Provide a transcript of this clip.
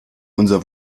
unser